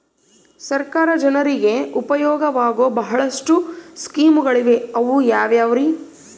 ಸರ್ಕಾರ ಜನರಿಗೆ ಉಪಯೋಗವಾಗೋ ಬಹಳಷ್ಟು ಸ್ಕೇಮುಗಳಿವೆ ಅವು ಯಾವ್ಯಾವ್ರಿ?